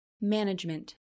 Management